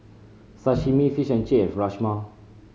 Sashimi Fish and Chip Rajma